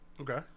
Okay